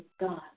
God